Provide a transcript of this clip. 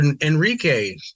Enrique